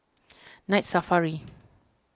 Night Safari